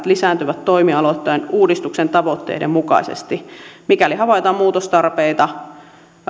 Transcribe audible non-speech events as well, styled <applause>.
<unintelligible> lisääntyvät toimialoittain uudistuksen tavoitteiden mukaisesti mikäli havaitaan muutostarpeita